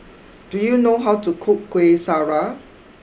do you know how to cook Kueh Syara